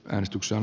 äänestyksen